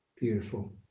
Beautiful